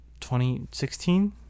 2016